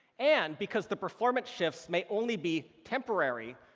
and because the performance shifts may only be temporary,